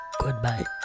Goodbye